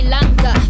Lanka